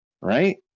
right